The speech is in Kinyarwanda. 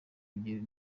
byo